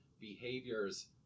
behaviors